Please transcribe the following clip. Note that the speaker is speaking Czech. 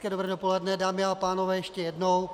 Hezké dobré dopoledne, dámy a pánové, ještě jednou.